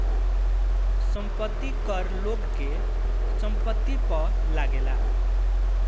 संपत्ति कर लोग के संपत्ति पअ लागेला